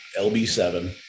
LB7